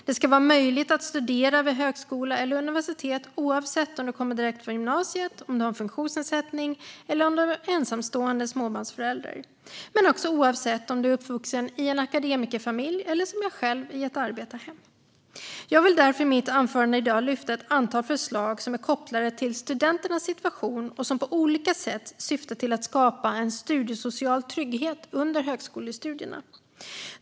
Det ska vara möjligt att studera vid högskola eller universitet oavsett om du kommer direkt från gymnasiet, om du har en funktionsnedsättning eller om du är en ensamstående småbarnsförälder, men också oavsett om du är uppvuxen i en akademikerfamilj eller som jag själv i ett arbetarhem. Jag vill därför i mitt anförande i dag lyfta fram ett antal förslag som är kopplade till studenternas situation och som på olika sätt syftar till att skapa en studiesocial trygghet under högskolestudierna.